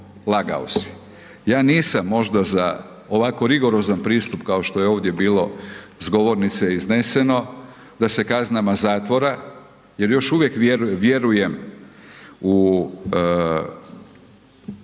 Ja nisam možda za ovako rigorozan pristup kao što je ovdje bilo s govornice izneseno, da se kaznama zatvora, jer još uvijek vjerujem u